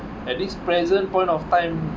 at this present point of time